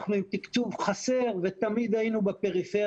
ואנחנו עם תקצוב חסר בפריפריה, ותמיד היינו שם,